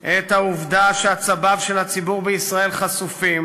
את העובדה שעצביו של הציבור בישראל חשופים